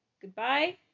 goodbye